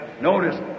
Notice